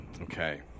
Okay